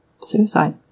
suicide